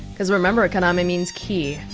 cause remember, kaname and means key